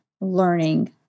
learning